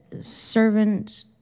servant